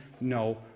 no